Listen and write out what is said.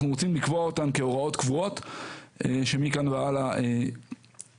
אנחנו רוצים לקבוע אותן כהוראות קבועות שמכאן והלאה כל